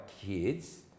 kids